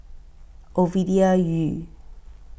Ovidia Yu